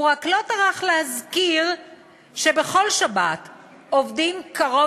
הוא רק לא טרח להזכיר שבכל שבת עובדים קרוב